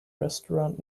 restaurant